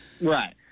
Right